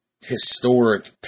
historic